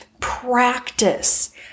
practice